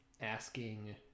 asking